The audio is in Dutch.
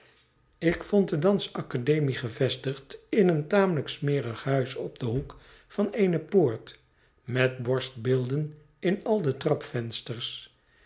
ik vond de dans academie gevestigd in een tamelijk smerig huis op den hoek van eene poort met borstbeelden in al de